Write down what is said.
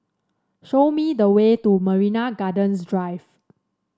show me the way to Marina Gardens Drive